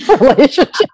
relationship